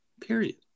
Period